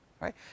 Right